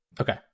Okay